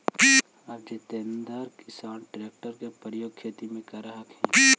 अब जादेतर किसान ट्रेक्टर के प्रयोग खेती में करऽ हई